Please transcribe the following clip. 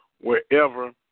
wherever